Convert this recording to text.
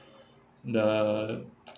the